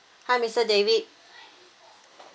hi mister david